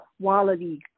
quality